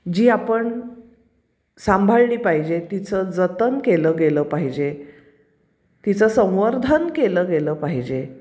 जी आपण सांभाळली पाहिजे तिचं जतन केलं गेलं पाहिजे तिचं संवर्धन केलं गेलं पाहिजे